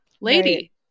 lady